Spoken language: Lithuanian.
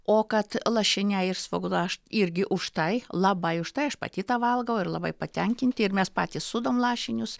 o kad lašiniai ir svogūną aš irgi už tai labai už tai aš pati tą valgau ir labai patenkinti ir mes patys sūdom lašinius